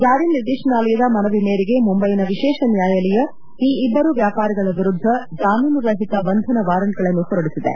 ಜಾರಿ ನಿರ್ದೇಶನಾಲಯದ ಮನವಿ ಮೇರೆಗೆ ಮುಂಬೈನ ವಿಶೇಷ ನ್ಯಾಯಾಲಯ ಈ ಇಬ್ಬರು ವ್ಯಾಪಾರಿಗಳ ವಿರುದ್ದ ಜಾಮೀನು ರಹಿತ ಬಂಧನ ವಾರೆಂಟ್ಗಳನ್ನು ಹೊರಡಿಸಿದೆ